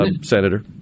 Senator